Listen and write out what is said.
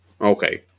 Okay